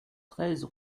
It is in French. treize